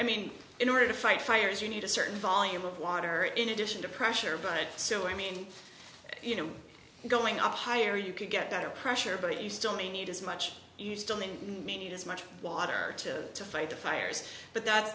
i mean in order to fight fires you need a certain volume of water in addition to pressure but so i mean you know going up higher you could get better pressure but you still may need as much you still didn't need as much water to fight the fires but that